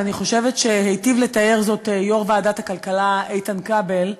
ואני חושבת שהיטיב לתאר זאת יושב-ראש ועדת הכלכלה איתן כבל.